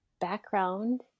background